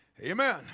Amen